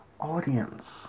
audience